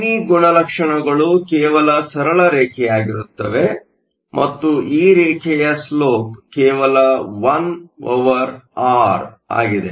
V ಗುಣಲಕ್ಷಣಗಳು ಕೇವಲ ಸರಳ ರೇಖೆಯಾಗಿರುತ್ತವೆ ಮತ್ತು ಈ ರೇಖೆಯ ಸ್ಲೋಪ್ ಕೇವಲ 1 ಒವರ್ ಆರ್ ಆಗಿದೆ